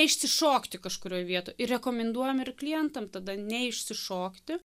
neišsišokti kažkurioj vietoj ir rekomenduojam ir klientam tada neišsišokti